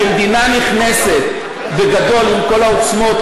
כשמדינה נכנסת בגדול עם כל העוצמות,